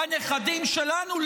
הנכדים שלנו?